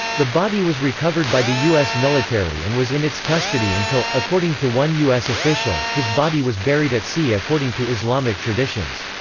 the body was recovered by the us military and was in its custody until, according to one us official, his body was buried at sea according to islamic traditions.